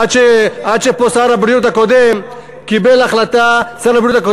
עד ששר הבריאות הקודם קיבל פה החלטה,